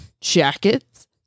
jackets